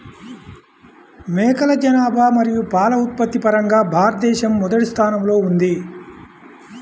మేకల జనాభా మరియు పాల ఉత్పత్తి పరంగా భారతదేశం మొదటి స్థానంలో ఉంది